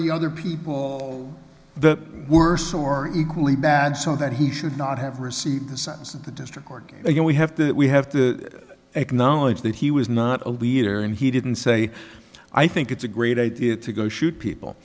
the other people all the worse or equally bad so that he should not have received the sentence of the district or you know we have to that we have to acknowledge that he was not a leader and he didn't say i think it's a great idea to go shoot people